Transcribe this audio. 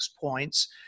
points